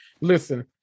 listen